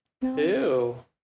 Ew